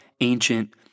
ancient